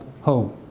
home